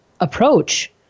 approach